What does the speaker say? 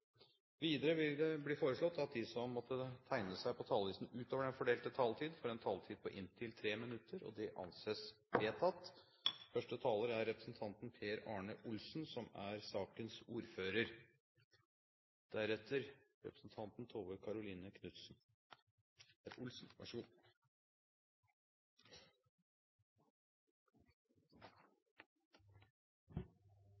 Videre vil det bli foreslått at de som måtte tegne seg på talerlisten utover den fordelte taletid, får en taletid på inntil 3 minutter. – Det anses vedtatt. Regjeringens helsepolitikk har som